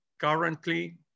Currently